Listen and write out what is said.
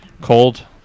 Cold